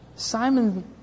Simon